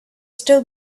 still